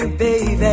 baby